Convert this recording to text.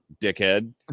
dickhead